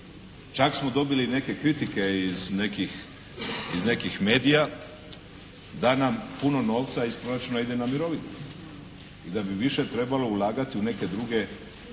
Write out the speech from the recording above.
Čak smo dobili i neke kritike iz nekih medija da nam puno novca iz proračuna ide na mirovine i da bi više trebalo ulagati u neke druge s obzirom